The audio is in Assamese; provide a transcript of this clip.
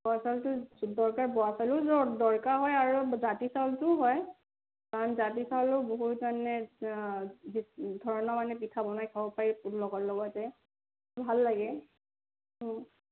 বৰা চাউলটো দৰকাৰ বৰা চাউলো দৰকাৰ হয় আৰু জাতি চাউলটোও হয় কাৰণ জাতি চাউলো বহুত ধৰণে ধৰণৰ মানে পিঠা বনাই খাব পাৰি ল লগতে ভাল লাগে অ'